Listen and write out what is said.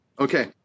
Okay